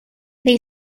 they